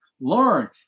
learn